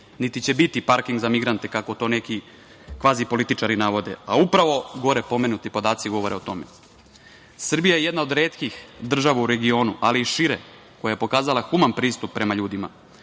niti će biti parking za migrante kako to neki kvazi političari navode, a upravo gore pomenuti podaci govore o tome. Srbija je jedna od retkih država u regionu, ali šire, koja je pokazala human pristup prema ljudima